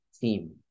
team